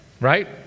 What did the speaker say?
right